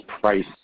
price